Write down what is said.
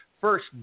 first